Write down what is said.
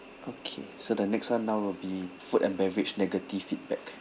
okay so the next [one] now will be food and beverage negative feedback